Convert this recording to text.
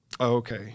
okay